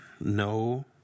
no